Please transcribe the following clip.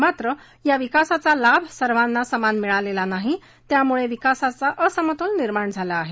मात्र या विकासाचा लाभ सर्वांना समान मिळालेला नाही त्यामुळे विकासाचा असमतोल निर्माण झाला आहे